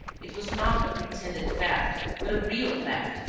it was not a pretended theft, but a real theft,